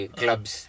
clubs